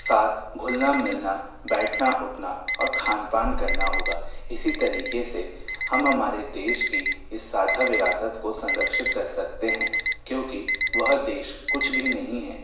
साथ घुलना मिलना बैठना उठना और खान पान करना होगा इसी तरीक़े से हम हमारे देश की इस साझा विरासत को संरक्षित कर सकते हैं क्योंकि वह देश कुछ भी नहीं है